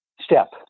Step